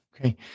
Okay